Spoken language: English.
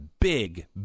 big